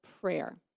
prayer